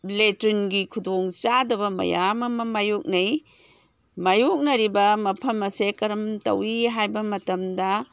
ꯂꯦꯇ꯭ꯔꯤꯟꯒꯤ ꯈꯨꯗꯣꯡ ꯆꯥꯗꯕ ꯃꯌꯥꯝ ꯑꯃ ꯃꯥꯏꯌꯣꯛꯅꯩ ꯃꯥꯏꯌꯣꯛꯅꯔꯤꯕ ꯃꯐꯝ ꯑꯁꯦ ꯀꯔꯝ ꯇꯧꯏ ꯍꯥꯏꯕ ꯃꯇꯝꯗ